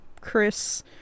Chris